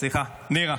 סליחה, נירה.